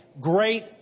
great